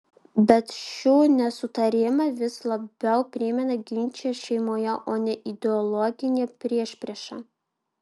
bet šių nesutarimai vis labiau primena ginčą šeimoje o ne ideologinę priešpriešą